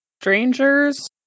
strangers